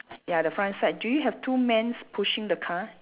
ya the front side do you have two man's pushing the car